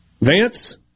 Vance